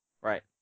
Right